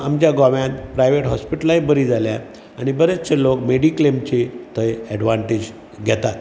आमच्या गोंव्यान प्रायवेट हाॅस्पिटलांय बरीं जाल्यांत आनी बरेंचशे लोक मेडिक्लेमची थंय एडवांन्टेज घेतात